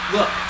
Look